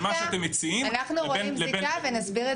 מה שאתם מציעים --- אנחנו רואים זיקה ונסביר את